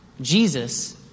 Jesus